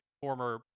former